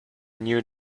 new